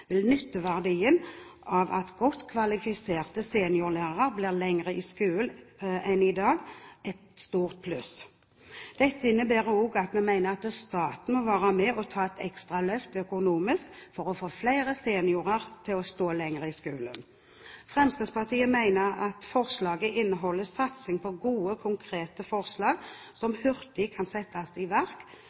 vil nytteverdien av at godt kvalifiserte seniorlærere blir lenger i skolen enn i dag, være et stort pluss. Dette innebærer også at vi mener at staten må være med og ta et ekstra løft økonomisk for å få flere seniorer til å stå lenger i skolen. Fremskrittspartiet mener at forslaget inneholder satsing på gode, konkrete forslag som hurtig kan settes i verk